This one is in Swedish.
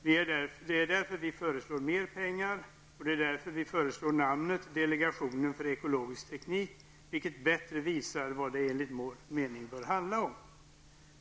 Det är därför som vi föreslår mer pengar, och det är därför som vi föreslår namnet delegationen för ekologisk teknik, vilket bättre visar vad det enligt vår mening bör handla om.